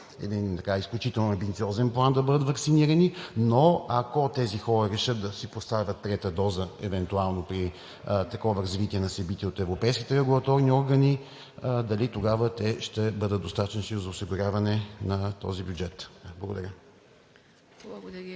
един изключително амбициозен план, но, ако тези хора решат да си поставят трета доза евентуално при такова развитие на събитията от европейските регулаторни органи, дали тогава те ще бъдат достатъчни за осигуряване на този бюджет? Благодаря.